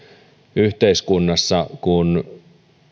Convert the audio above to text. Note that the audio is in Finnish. yhteiskunnassa kun